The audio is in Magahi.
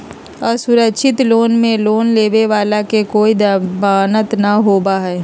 असुरक्षित लोन में लोन लेवे वाला के कोई जमानत न होबा हई